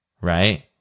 right